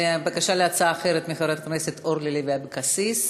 בקשה להצעה אחרת, חברת הכנסת אורלי לוי אבקסיס.